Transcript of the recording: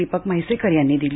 दीपक म्हैसेकर यांनी दिली